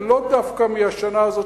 ולא דווקא מהשנה הזאת,